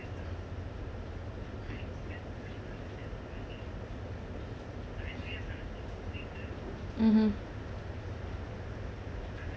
mmhmm